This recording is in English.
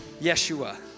Yeshua